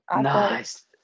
nice